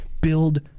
build